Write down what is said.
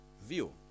view